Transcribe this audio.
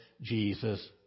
Jesus